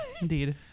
Indeed